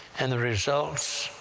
and the results